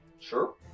Sure